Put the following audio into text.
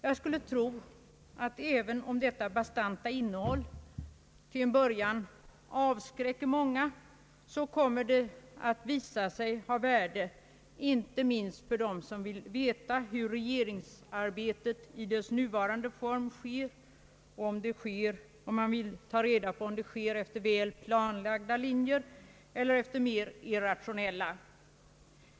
Jag skulle tro att även om detta bastanta innehåll till en början avskräcker många, kommer det att visa sig ha värde inte minst för dem som vill veta om regeringsarbetet i dess nuvarande form sker efter väl planlagda linjer eller efter mer irrationella.